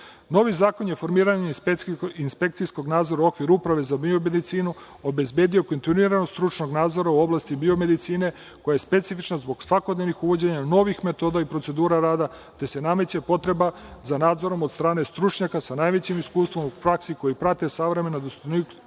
zakon je formiranje inspekcijskog nadzora u okviru Uprave za biomedicinu obezbedio kontinuiranog stručnog nadzora u oblasti biomedicine, koja je specifična zbog svakodnevnih uvođenja novih metoda i procedura rada, te se nameće potreba za nadzorom od strane stručnjaka sa najvećim iskustvom u praksi koji prate savremena dostignuća